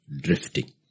drifting